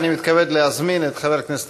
מתכבד להזמין את חבר הכנסת